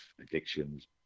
addictions